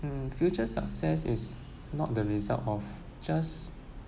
mm future success is not the result of just